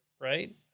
right